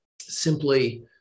simply